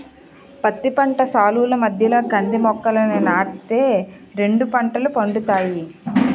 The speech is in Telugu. పత్తి పంట సాలుల మధ్యలో కంది మొక్కలని నాటి తే రెండు పంటలు పండుతాయి